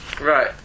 right